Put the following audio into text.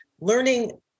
learning